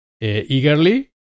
eagerly